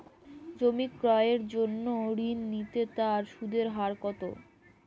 জমি ক্রয়ের জন্য ঋণ নিলে তার সুদের হার কতো?